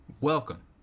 Welcome